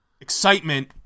excitement